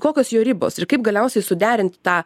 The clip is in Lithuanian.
kokios jo ribos ir kaip galiausiai suderinti tą